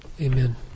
Amen